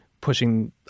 pushing